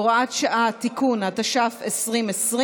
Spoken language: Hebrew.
הוראת שעה, תיקון), התש"ף 2020,